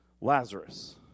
Lazarus